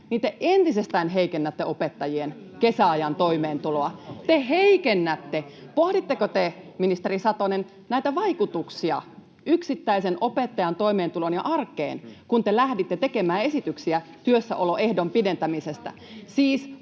asiaa, te entisestään heikennätte opettajien kesäajan toimeentuloa — te heikennätte. Pohditteko te, ministeri Satonen, näitä vaikutuksia yksittäisen opettajan toimeentuloon ja arkeen, kun te lähditte tekemään esityksiä työssäoloehdon pidentämisestä?